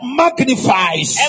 magnifies